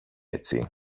έτσι